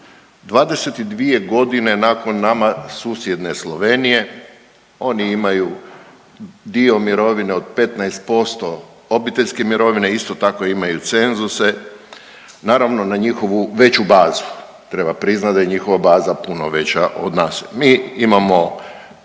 22 godine nakon nama susjedne Slovenije oni imaju dio mirovine od 15% obiteljske mirovine isto tako imaju cenzuse naravno na njihovu veću bazu. Treba priznati da je njihova baza puno veća od nas. Mi imamo